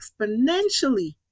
exponentially